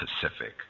Pacific